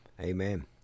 Amen